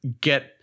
get